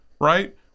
right